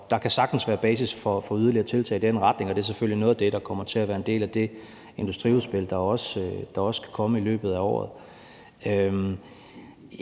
der sagtens kan være basis for yderligere tiltag i den retning, og det er selvfølgelig noget af det, der kommer til at være en del af det industriudspil, der også skal komme i løbet af året.